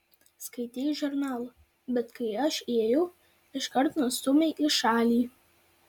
skaitei žurnalą bet kai aš įėjau iškart nustūmei į šalį